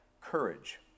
courage